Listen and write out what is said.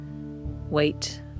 Wait